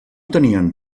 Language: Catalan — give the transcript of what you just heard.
tenien